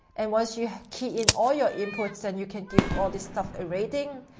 and once you key in all your inputs, then you can give all this stuff a rating,